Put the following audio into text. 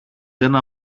ένα